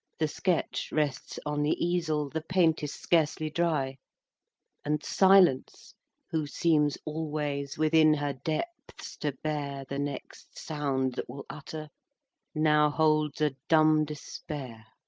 the sketch rests on the easel, the paint is scarcely dry and silence who seems always within her depths to bear the next sound that will utter now holds a dumb despair.